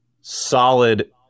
solid